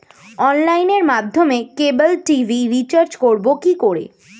অনলাইনের মাধ্যমে cable TV recharge করব কি করে?